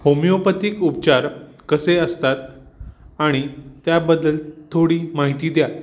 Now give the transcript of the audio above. homeopathic उपचार कसे असतात आणि त्याबद्दल थोडी माहिती द्या